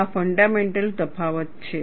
આ ફન્ડામેન્ટલ તફાવત છે